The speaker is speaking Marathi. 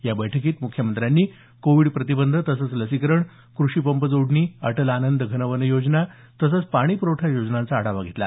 या बैठकीत मुख्यमंत्र्यांनी कोविड प्रतिबंध तसंच लसीकरण कृषीपंप जोडणी अटल आनंद घन वनयोजना तसंच पाणी प्रवठा योजनेचा आढावा घेतला